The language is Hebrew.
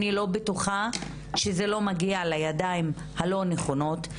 אני לא בטוחה שזה לא מגיע לידיים הלא נכונות.